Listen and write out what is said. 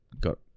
got